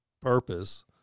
purpose